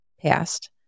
past